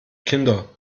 kinder